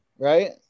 Right